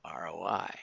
ROI